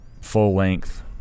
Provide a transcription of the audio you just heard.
full-length